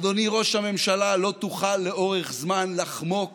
אדוני ראש הממשלה, לא תוכל לאורך זמן לחמוק